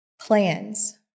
plans